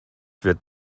wird